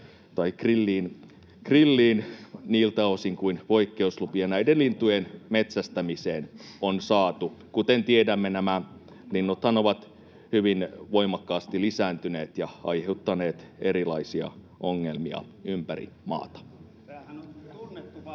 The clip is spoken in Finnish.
lihaa grilliin niiltä osin kuin poikkeuslupia näiden lintujen metsästämiseen on saatu. Kuten tiedämme, nämä linnuthan ovat hyvin voimakkaasti lisääntyneet ja aiheuttaneet erilaisia ongelmia ympäri maata.